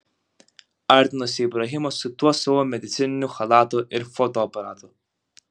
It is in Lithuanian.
artinosi ibrahimas su tuo savo medicininiu chalatu ir fotoaparatu